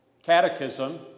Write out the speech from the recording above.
Catechism